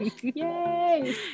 Yay